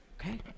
Okay